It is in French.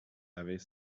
avait